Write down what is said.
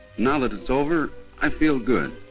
now that it's over i feel good,